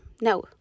no